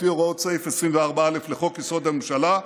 לפי הוראות סעיף 24(א) לחוק-יסוד: הממשלה,